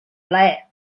plaer